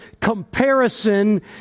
comparison